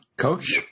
Coach